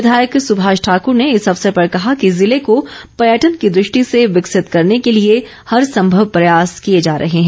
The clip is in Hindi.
विधायक सुभाष ठाकुर ने इस अवसर पर कहा कि जिले को पर्यटन की दृष्टि से विकसित करने के लिए हर संभव प्रयास किए जा रहे हैं